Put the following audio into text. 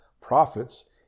prophets